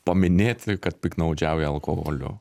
paminėti kad piktnaudžiauja alkoholiu